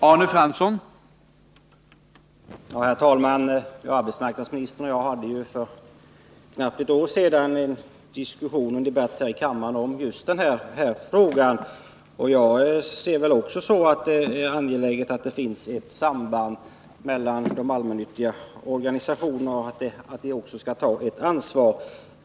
Herr talman! Arbetsmarknadsministern och jag hade för knappt ett år sedan en debatt här i kammaren om just denna fråga. Jag ser det också så att det är angeläget att det finns ett samband mellan de anställda och de allmännyttiga organisationerna och att organisationerna skall ta ett ansvar.